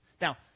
Now